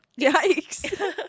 Yikes